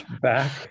back